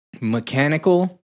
Mechanical